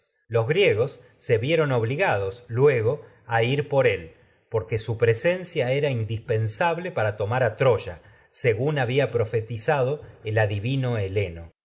los griegos vieron obligados luego a ir por él porq ue a su presencia era indispensable para según tomar troya había profetizado el adi vino heleno